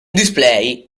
display